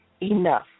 enough